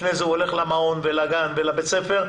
לפני כן הוא הולך למעון ולגן ולבית ספר,